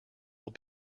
will